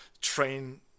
train